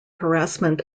harassment